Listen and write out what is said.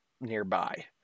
nearby